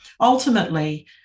Ultimately